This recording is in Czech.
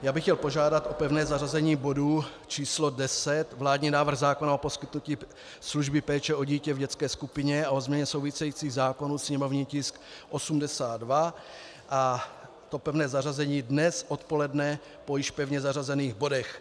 Já bych chtěl požádat o pevné zařazení bodu číslo 10, vládní návrh zákona o poskytnutí služby péče o dítě v dětské skupině a o změně souvisejících zákonů, sněmovní tisk 82, a pevné zařazení dnes odpoledne po již pevně zařazených bodech.